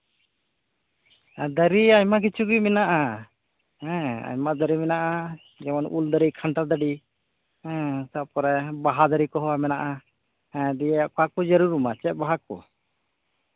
ᱫᱟᱨᱮ ᱟᱭᱢᱟ ᱠᱤᱪᱷᱩ ᱜᱮ ᱢᱮᱱᱟᱜᱼᱟ ᱦᱩᱸ ᱟᱭᱢᱟ ᱫᱟᱨᱮ ᱢᱮᱱᱟᱜᱼᱟ ᱡᱮᱢᱚᱱ ᱩᱞ ᱫᱟᱨᱮ ᱠᱟᱱᱴᱷᱟᱲ ᱫᱟᱨᱮ ᱦᱩᱸ ᱛᱟᱨᱯᱚᱨᱮ ᱵᱟᱦᱟ ᱫᱟᱨᱮ ᱠᱮᱦᱮᱸ ᱢᱮᱱᱟᱜᱼᱟ ᱦᱮᱸ ᱫᱤᱭᱮ ᱚᱠᱟ ᱠᱚ ᱡᱟᱨᱩᱲᱟᱢᱟ ᱪᱮᱫ ᱵᱟᱦᱟ ᱠᱚ